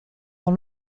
dans